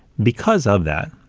because of that,